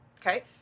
Okay